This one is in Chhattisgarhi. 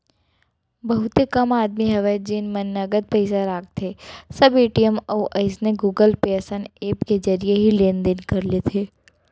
बहुते कम आदमी हवय जेन मन नगद पइसा राखथें सब ए.टी.एम अउ अइसने गुगल पे असन ऐप के जरिए ही लेन देन कर लेथे